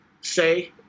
say